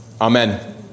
Amen